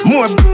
More